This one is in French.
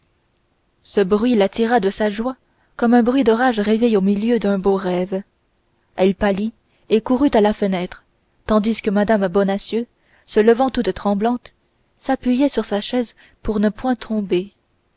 ce bruit la tira de sa joie comme un bruit d'orage réveille au milieu d'un beau rêve elle pâlit et courut à la fenêtre tandis que mme bonacieux se levant toute tremblante s'appuyait sur sa chaise pour ne point tomber